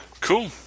Cool